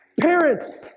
Parents